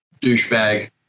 douchebag